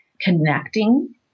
connecting